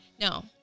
No